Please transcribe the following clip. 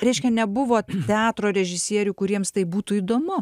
reiškia nebuvo teatro režisierių kuriems tai būtų įdomu